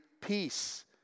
peace